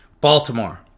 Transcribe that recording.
Baltimore